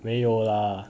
没有啦